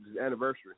anniversary